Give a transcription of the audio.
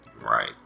Right